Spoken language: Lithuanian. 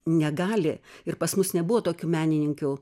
negali ir pas mus nebuvo tokių menininkių